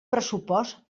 pressupost